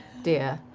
dear.